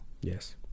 Yes